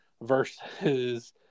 versus